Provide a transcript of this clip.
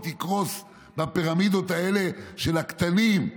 היא תקרוס בפירמידות האלה של הקטנים.